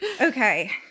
okay